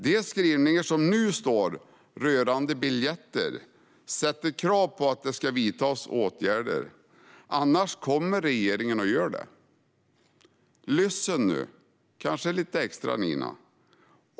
De skrivningar som nu finns rörande biljetter ställer krav på att det ska vidtas åtgärder - annars kommer regeringen att göra det. Nina ska kanske lyssna lite extra nu.